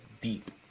deep